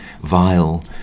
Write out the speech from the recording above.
vile